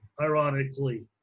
ironically